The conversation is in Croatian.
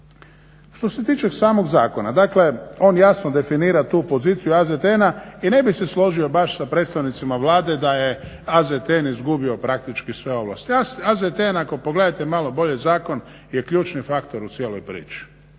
Što se tiče samog zakona, dakle on jasno definira tu poziciju AZTN-a i ne bih se složio baš sa predstavnicima Vlade da je AZTN izgubio praktički sve ovo. AZTN ako pogledate malo bolje zakon je ključni faktor u cijeloj priči